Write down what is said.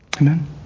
Amen